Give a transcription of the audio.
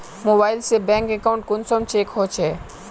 Mobile से bank account कुंसम check होचे?